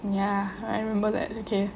ya I remember that okay